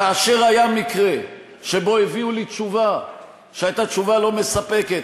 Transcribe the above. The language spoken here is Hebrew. כאשר היה מקרה שהביאו לי תשובה שהייתה תשובה לא מספקת,